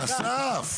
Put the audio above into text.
אסף.